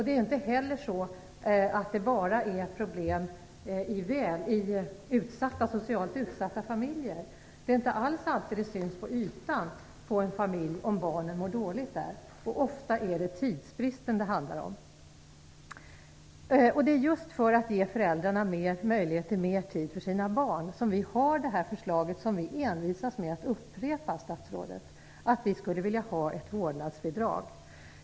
Det är inte heller så att det bara finns problem i socialt utsatta familjer. Det är inte alls så att det alltid syns på ytan om barn i en familj mår dåligt. Ofta är det tidsbrist det handlar om. Det är just för att ge föräldrarna möjlighet till mer tid för sina barn som vi har detta förslag som vi envisas med att upprepa, statsrådet, nämligen ett vårdnadsbidrag.